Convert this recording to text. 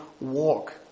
walk